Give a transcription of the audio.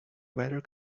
weather